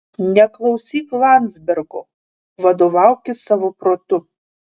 neklausyk landzbergo vadovaukis savo protu